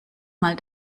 mal